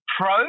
Pro